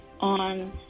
on